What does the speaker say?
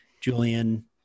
Julian